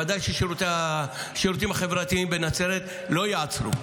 ודאי שהשירותים החברתיים בנצרת לא ייעצרו.